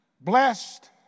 blessed